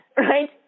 Right